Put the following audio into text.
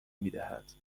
میدهد